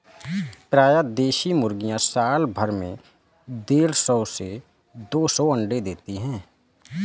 प्रायः देशी मुर्गियाँ साल भर में देढ़ सौ से दो सौ अण्डे देती है